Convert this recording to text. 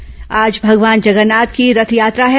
रथयात्रा आज भगवान जगन्नाथ की रथयात्रा है